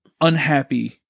unhappy